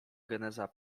geneza